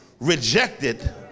rejected